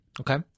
Okay